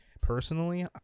Personally